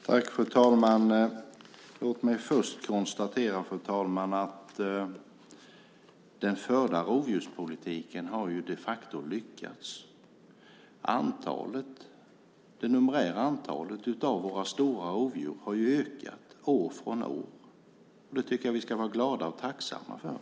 Fru talman! Låt mig först konstatera att den förda jordbrukspolitiken de facto har lyckats. Antalet stora rovdjur har ökat år från år. Det tycker jag att vi ska vara glada över och tacksamma för.